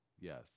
Yes